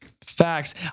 facts